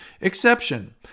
Exception